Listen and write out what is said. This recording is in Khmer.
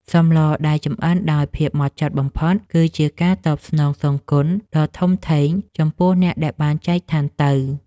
សម្លដែលចម្អិនដោយភាពហ្មត់ចត់បំផុតគឺ ជាការតបស្នងសងគុណដ៏ធំធេងចំពោះអ្នកដែលបានចែកឋានទៅ។